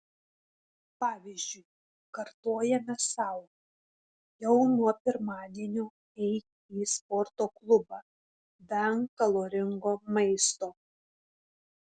pavyzdžiui kartojame sau jau nuo pirmadienio eik į sporto klubą venk kaloringo maisto